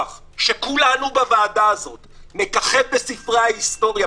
שכולנו בוועדה הזאת נככב בספרי ההיסטוריה,